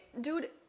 Dude